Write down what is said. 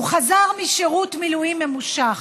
הוא חזר משירות מילואים ממושך,